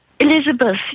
Elizabeth